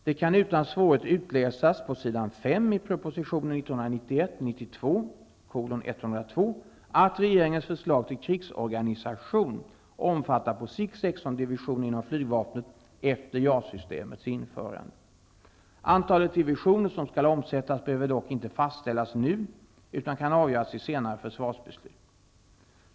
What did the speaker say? Det kan utan svårighet utläsas på s. 5 i propositionen Antalet divisioner som skall omsättas behöver dock inte fastställas nu utan kan avgöras i senare försvarsbeslut.